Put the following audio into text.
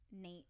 Nate